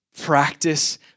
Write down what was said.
Practice